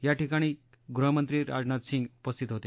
याठिकाणी गृहमंत्री राजनाथ सिंह उपस्थित होते